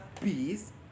peace